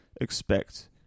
expect